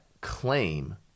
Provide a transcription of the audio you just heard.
claim